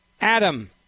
Adam